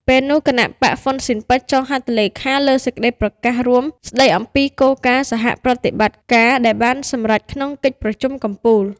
ពេលនោះ គណបក្សហ្វ៊ិនស៊ិនប៉ិច ចុះហត្ថលេខាលើសេចក្តីប្រកាសរួមស្តីអំពីគោលការណ៍សហប្រតិបត្តិការ ដែលបានសម្រេចក្នុង កិច្ចប្រជុំកំពូល។